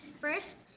First